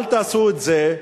אל תעשו את זה,